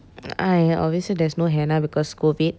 I obviously there's no henna because COVID